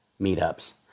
meetups